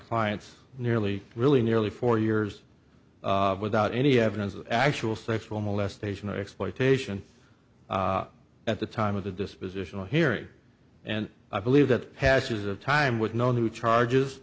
client's nearly really nearly four years without any evidence of actual sexual molestation or exploitation at the time of the dispositional hearing and i believe that passes of time with no new charges